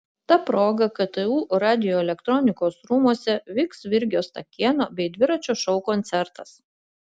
ta proga ktu radioelektronikos rūmuose vyks virgio stakėno bei dviračio šou koncertas